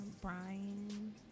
Brian